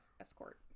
escort